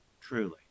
truly